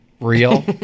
real